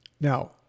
Now